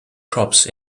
crops